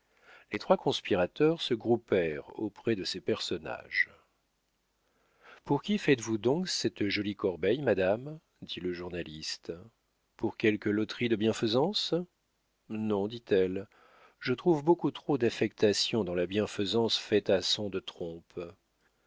les trois conspirateurs se groupèrent auprès de ces personnages pour qui faites-vous donc cette jolie corbeille madame dit le journaliste pour quelque loterie de bienfaisance non dit-elle je trouve beaucoup trop d'affectation dans la bienfaisance faite à son de trompe